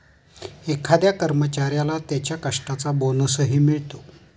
एखाद्या कर्मचाऱ्याला त्याच्या कष्टाचा बोनसही मिळतो